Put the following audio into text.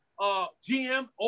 GM